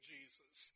Jesus